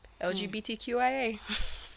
LGBTQIA